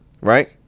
right